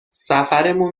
سفرمون